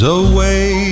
away